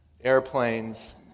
airplanes